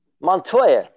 Montoya